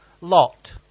Lot